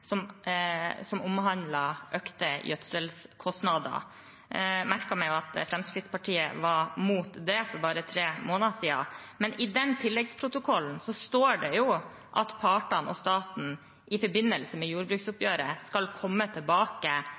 som omhandlet økte gjødselkostnader. Jeg merker meg at Fremskrittspartiet var imot det for bare tre måneder siden. I den tilleggsprotokollen står det at partene og staten i forbindelse med jordbruksoppgjøret skal komme tilbake